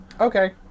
Okay